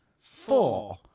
four